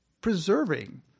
preserving